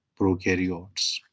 prokaryotes